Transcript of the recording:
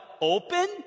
open